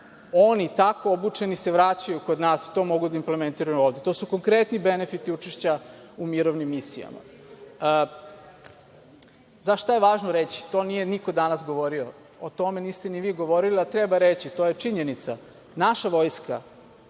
Oni tako obučeni se vraćaju kod nas. To mogu da implementiraju ovde. To su konkretni benefiti učešća u mirovnim misijama. Šta je važno reći? To nije niko danas govorio, o tome niste ni vi govorili, a treba reći, to je činjenica. Naša vojska